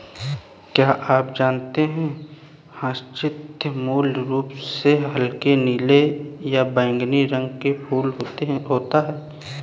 क्या आप जानते है ह्यचीन्थ मूल रूप से हल्के नीले या बैंगनी रंग का फूल होता है